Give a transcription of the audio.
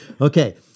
Okay